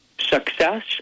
success